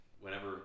whenever